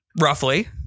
Roughly